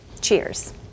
cheers